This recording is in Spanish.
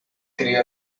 crio